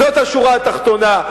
זו השורה התחתונה.